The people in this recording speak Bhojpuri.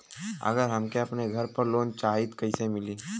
अगर हमके अपने घर पर लोंन चाहीत कईसे मिली?